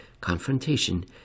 confrontation